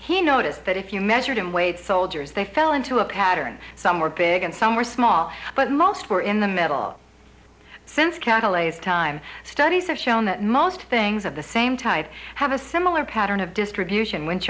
he noted that if you measured in weight soldiers they fell into a pattern some were big and some were small but most were in the middle since catalyze time studies have shown that most things of the same type have a similar pattern of distribution when